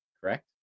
Correct